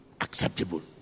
acceptable